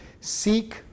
Seek